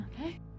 Okay